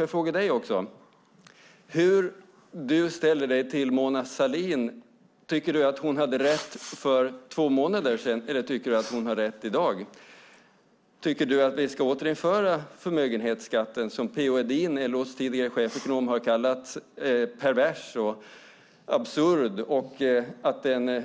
Jag har en fråga: Hur ställer sig Peter Persson till Mona Sahlin? Tycker han att Mona Sahlin hade rätt för två månader sedan, eller tycker han att hon har rätt i dag? Tycker Peter Persson att vi ska återinföra förmögenhetsskatten som P-O Edin, LO:s tidigare chefsekonom, har kallat pervers och absurd och sagt att den